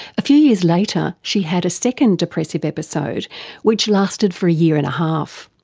a few years later she had a second depressive episode which lasted for a year and a half.